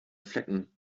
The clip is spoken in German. flecken